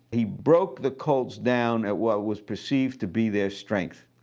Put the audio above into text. he broke the colts down at what was perceived to be their strength,